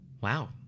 wow